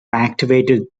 activated